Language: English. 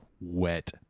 wet